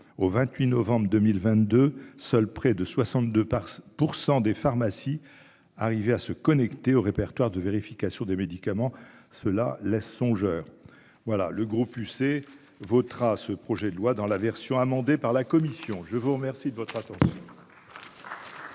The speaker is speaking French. Au 28 novembre 2022. Seule près de 62% des pharmacies, arriver à se connecter au répertoire de vérification des médicaments cela laisse songeur. Voilà le groupe UC votera ce projet de loi dans la version amendée par la commission, je vous remercie de votre attention.